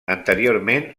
anteriorment